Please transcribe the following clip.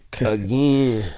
Again